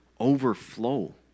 overflow